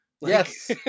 Yes